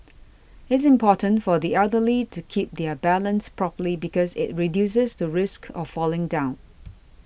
it's important for the elderly to keep their balance properly because it reduces the risk of falling down